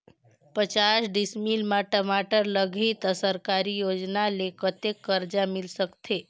पचास डिसमिल मा टमाटर लगही त सरकारी योजना ले कतेक कर्जा मिल सकथे?